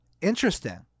Interesting